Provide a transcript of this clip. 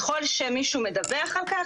ככול שמישהו מדווח על כך,